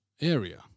area